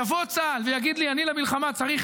יבוא צה"ל ויגיד לי: אני למלחמה צריך